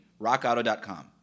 rockauto.com